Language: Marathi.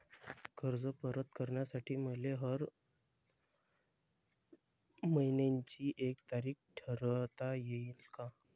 कर्ज परत करासाठी मले हर मइन्याची एक तारीख ठरुता येईन का?